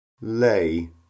lay